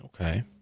okay